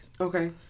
Okay